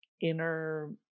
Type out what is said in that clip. inner